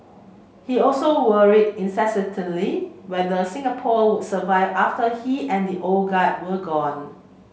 he also worried incessantly whether Singapore would survive after he and the old guard were gone